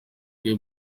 bwe